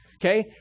Okay